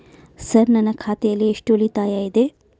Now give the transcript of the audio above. Sir ನನ್ನ ಖಾತೆಯಲ್ಲಿ ಎಷ್ಟು ಉಳಿತಾಯ ಇದೆ?